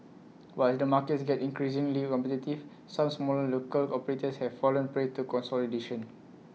but as the markets gets increasingly competitive some smaller local operators have fallen prey to consolidation